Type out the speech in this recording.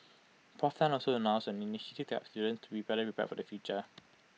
Prof Tan also announced an initiative to help students be better prepared for the future